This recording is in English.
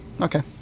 Okay